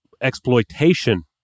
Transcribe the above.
exploitation